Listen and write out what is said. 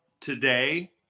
today